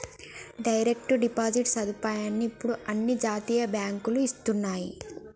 direct deposit సదుపాయాన్ని ఇప్పుడు అన్ని జాతీయ బ్యేంకులూ ఇస్తన్నయ్యి